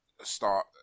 start